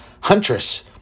Huntress